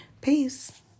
Peace